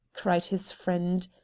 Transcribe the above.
cried his friend.